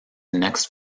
next